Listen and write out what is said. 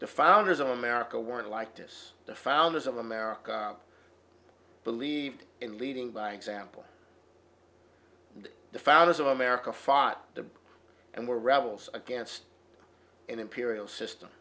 the founders of america weren't like this the founders of america believed in leading by example the founders of america far the and were rebels against an imperial system